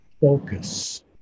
focus